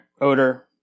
Odor